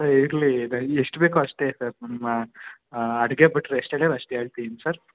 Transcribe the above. ಹಾಂ ಇರಲಿ ಇದು ಎಷ್ಟು ಬೇಕೋ ಅಷ್ಟೇ ಸರ್ ನಮ್ಮ ಅಡಿಗೆ ಭಟ್ರು ಎಷ್ಟು ಹೇಳಿರೊ ಅಷ್ಟು ಹೇಳ್ತೀನಿ ಸರ್